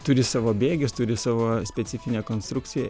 turi savo bėgius turi savo specifinę konstrukciją